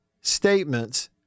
statements